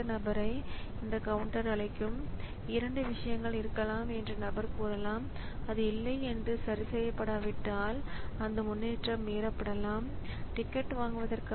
இப்போது ப்ராஸஸர் குறிப்பிட்ட செயல்பாட்டிற்கு சரியாக என்ன செய்ய வேண்டும் என்பதை தீர்மானிக்க இன்டரப்ட் சர்வீஸ் ராெட்டினுக்குள் செல்கிறது